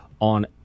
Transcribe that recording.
on